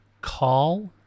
Call